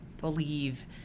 believe